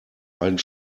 einen